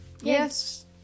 Yes